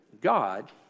God